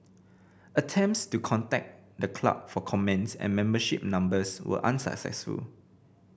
attempts to contact the club for comments and membership numbers were unsuccessful